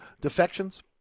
defections